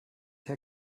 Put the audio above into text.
herr